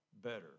better